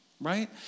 Right